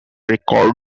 record